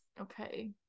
okay